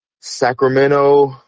Sacramento